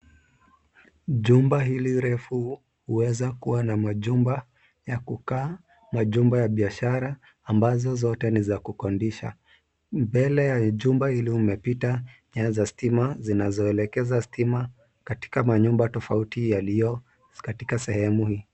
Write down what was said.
Jumba hili refu huweza kuwa na majumba ya kukaa ,majumba ya biashara ambazo zote ni za kukodisha. Mbele ya jumba hili mmepita nyaya za stima zinazoelekeza stima katika manyumba tofauti yaliyo katika sehemu hii.